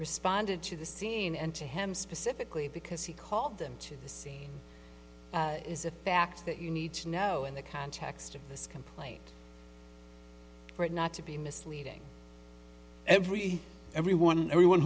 responded to the scene and to him specifically because he called them to the scene is a fact that you need to know in the context of this complaint for it not to be misleading every everyone everyone